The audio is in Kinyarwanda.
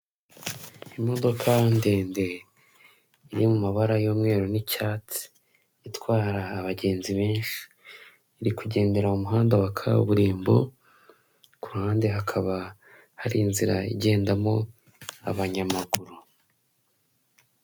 Imodoka ndende iri mu mabara y'umweru n'icyatsi itwara abagenzi benshi, iri kugendera mu muhanda wa kaburimbo ku ruhande hakaba hari inzira igendamo abanyamaguru.